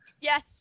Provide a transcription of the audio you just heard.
Yes